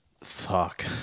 fuck